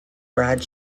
brad